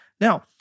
now